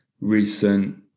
recent